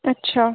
अच्छा